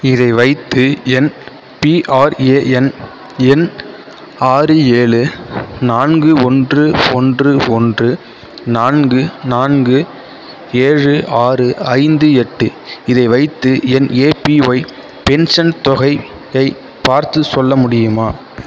இதை வைத்து என் பிஆர்ஏஎன் எண் ஆறு ஏழு நான்கு ஒன்று ஒன்று ஒன்று நான்கு நான்கு ஏழு ஆறு ஐந்து எட்டு இதை வைத்து என் ஏபிஒய் பென்ஷன் தொகையை பார்த்துச் சொல்ல முடியுமா